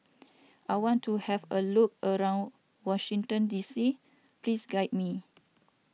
I want to have a look around Washington D C please guide me